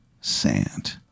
sand